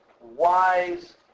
wise